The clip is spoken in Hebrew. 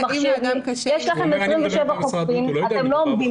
יש לכם 27 חוקרים ואתם לא עומדים